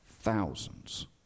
thousands